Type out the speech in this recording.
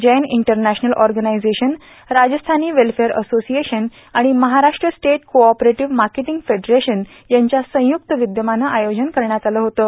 Jain international organisation Rajasthani welfare association आणि Maharashtra state cooperative marketing federation यांच्या संयुक्त विद्यमानं आयोजन करण्यात आलं होतं